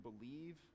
believe